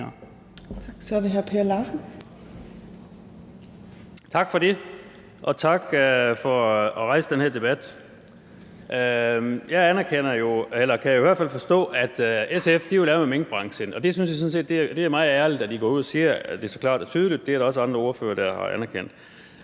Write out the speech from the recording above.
Tak for det, og tak for at rejse den her debat. Jeg anerkender jo eller kan i hvert fald forstå, at SF vil af med minkbranchen. Jeg synes sådan set, det er meget ærligt, at I går ud og siger det så klart og tydeligt. Det er der også andre ordførere der har anerkendt.